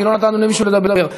כי לא נתנו למישהו לדבר.